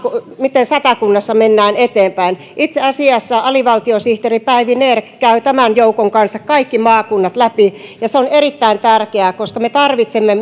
miten satakunnassa mennään eteenpäin itse asiassa alivaltiosihteeri päivi nerg käy tämän joukon kanssa kaikki maakunnat läpi ja se on erittäin tärkeää koska me tarvitsemme